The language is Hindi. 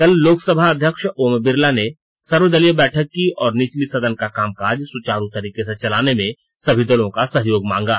कल लोकसभा अध्यक्ष ओम बिरला ने सर्वदलीय बैठक की और निचली सदन का कामकाज सुचारू तरीके से चलाने में सभी दलों का सहयोग मांगा